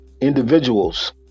individuals